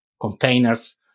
containers